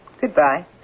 Goodbye